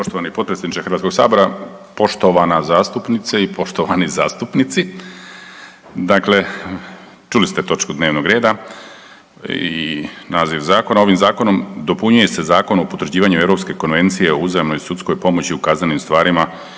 Poštovani potpredsjedniče HS-a, poštovana zastupnice i poštovani zastupnici. Dakle, čuli ste točku dnevnog reda i naziv zakona, ovim zakonom dopunjuje se Zakon o potvrđivanju Europske konvencije o uzajamnoj sudskoj pomoći u kaznenim stvarima